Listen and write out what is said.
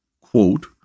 quote